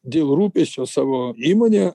dėl rūpesčio savo įmone